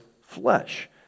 flesh